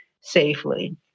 safely